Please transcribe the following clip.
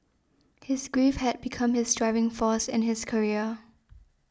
his grief had become his driving force in his career